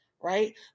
right